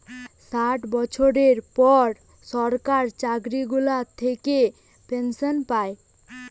ষাট বছরের পর সরকার চাকরি গুলা থাকে পেনসন পায়